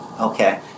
Okay